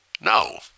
No